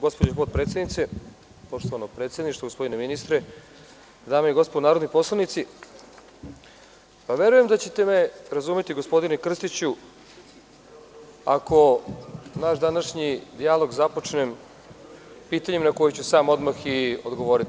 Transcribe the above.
Gospođo potpredsednice, poštovano predsedništvo, gospodine ministre, dame i gospodo narodni poslanici, verujem da ćete me razumeti gospodine Krstiću ako naš današnji dijalog započnem pitanjem na koje ću sam odmah i odgovoriti.